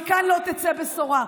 מכאן לא תצא בשורה.